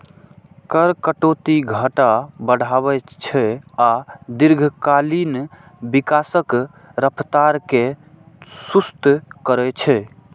कर कटौती घाटा बढ़ाबै छै आ दीर्घकालीन विकासक रफ्तार कें सुस्त करै छै